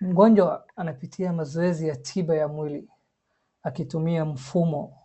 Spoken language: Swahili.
Mgonjwa anapitia mazoezi ya tiba ya mwili akitumia mfumo